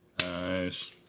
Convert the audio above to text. Nice